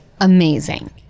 amazing